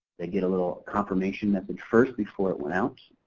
they get a little confirmation message first before it went out.